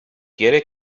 quiere